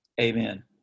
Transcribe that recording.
Amen